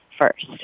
first